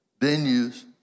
venues